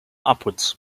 upwards